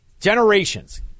Generations